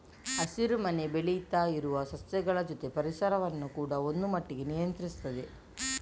ಹಸಿರು ಮನೆ ಬೆಳೀತಾ ಇರುವ ಸಸ್ಯಗಳ ಜೊತೆ ಪರಿಸರವನ್ನ ಕೂಡಾ ಒಂದು ಮಟ್ಟಿಗೆ ನಿಯಂತ್ರಿಸ್ತದೆ